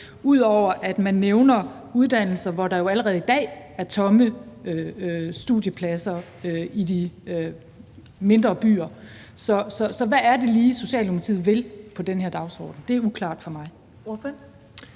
ud over at man nævner uddannelser, hvor der jo allerede i dag er tomme studiepladser i de mindre byer. Så hvad er det lige Socialdemokratiet vil i forhold til den her dagsorden? Det er uklart for mig.